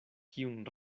kiun